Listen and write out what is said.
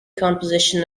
composition